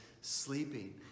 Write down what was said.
sleeping